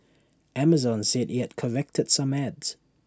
Amazon said IT has corrected some ads